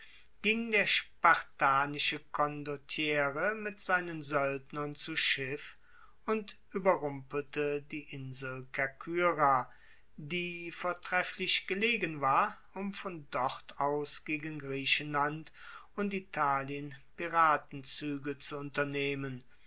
ging der spartanische condottiere mit seinen soeldnern zu schiff und ueberrumpelte die insel kerkyra die vortrefflich gelegen war um von dort aus gegen griechenland und italien piratenzuege zu unternehmen